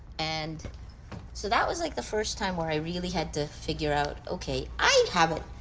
and so that was like the first time where i really had to figure out, okay, i haven't.